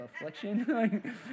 affliction